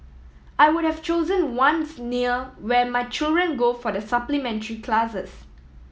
I would have chosen ones near where my children go for the supplementary classes